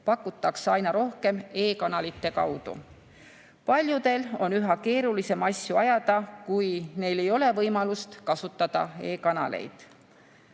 pakutakse aina rohkem e‑kanalite kaudu. Paljudel on üha keerulisem asju ajada, kui neil ei ole võimalust kasutada e-kanaleid.